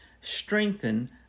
strengthen